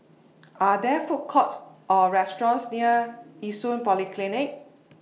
Are There Food Courts Or restaurants near Yishun Polyclinic